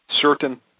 certain